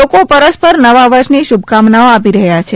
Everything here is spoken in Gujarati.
લોકો પરસ્પર નવા વર્ષની શુભકામનાઓ આપી રહ્યા છે